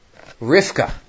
Rivka